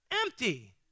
empty